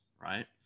right